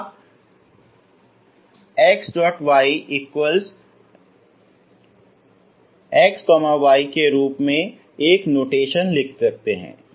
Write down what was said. आप ⟨x Y⟩ XY के रूप में एक नोटेशन लिख सकते हैं